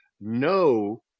no